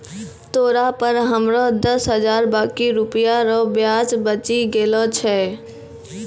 तोरा पर हमरो दस हजार बाकी रुपिया रो ब्याज बचि गेलो छय